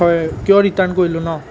হয় কিয় ৰিটাৰ্ণ কৰিলো ন